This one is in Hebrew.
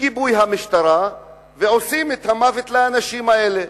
בגיבוי המשטרה, ועושים את המוות לאנשים האלה.